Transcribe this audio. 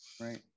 Right